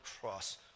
cross